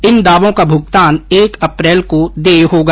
इन दावों का भुगतान एक अप्रैल को देय होगा